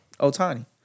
Otani